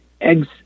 eggs